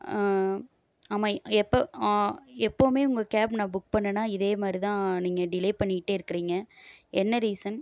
ஆமாம் எப்போ ஆ எப்பவுமே உங்கள் கேப் நான் புக் பண்ணிணேன்னா இதேமாதிரி தான் நீங்கள் டிலே பண்ணிக்கிட்டே இருக்குறீங்க என்ன ரீசன்